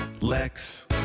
lex